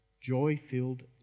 joy-filled